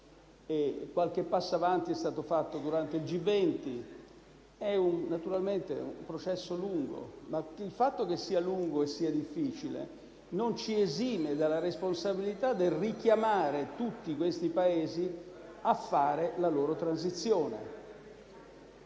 Qualche passo avanti è stato fatto durante il G20. Naturalmente, è un processo lungo, ma il fatto che sia lungo e difficile non ci esime dalla responsabilità del richiamare tutti quei Paesi a fare la loro transizione.